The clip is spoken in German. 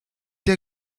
der